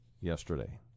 yesterday